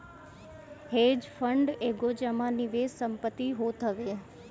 hedge fund एगो जमा निवेश संपत्ति होत हवे